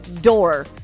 door